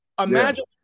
Imagine